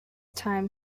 time